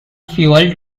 fuel